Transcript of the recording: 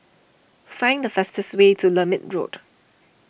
find the fastest way to Lermit Road